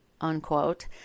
unquote